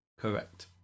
Correct